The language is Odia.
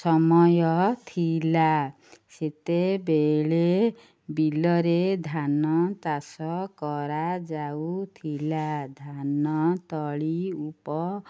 ସମୟ ଥିଲା ସେତେବେଳେ ବିଲରେ ଧାନ ଚାଷ କରାଯାଉଥିଲା ଧାନ ତଳି ଉପ